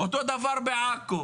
אותו דבר בעכו.